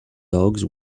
dogs